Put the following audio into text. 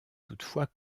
toutefois